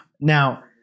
Now